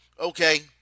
Okay